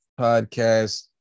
podcast